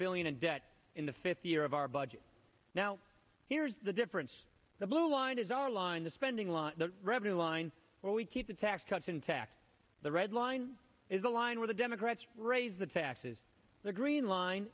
billion a debt in the fifth year of our budget now here's the difference the blue line is our line the spending line the revenue line where we keep the tax cuts intact the red line is the line where the democrats raise the taxes the green line